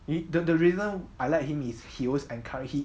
the the reason I like him is he always encourage he